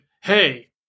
hey